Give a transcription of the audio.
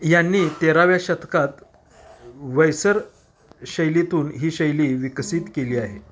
यांनी तेराव्या शतकात वेसर शैलीतून ही शैली विकसित केली आहे